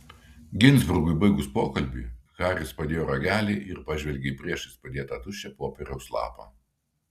ginzburgui baigus pokalbį haris padėjo ragelį ir pažvelgė į priešais padėtą tuščią popieriaus lapą